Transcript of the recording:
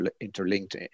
interlinked